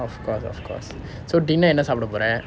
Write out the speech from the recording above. of course of course so dinner என்ன சாப்பிட போறே:enna sappida porae